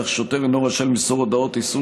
כך ששוטר אינו רשאי למסור הודעת איסור